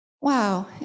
Wow